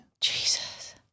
Jesus